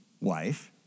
wife